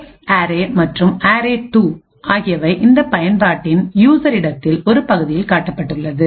X array மற்றும் array two ஆகியவை இந்த பயன்பாட்டின் யூசர்இடத்தில் ஒரு பகுதியிலும் காட்டப்பட்டுள்ளன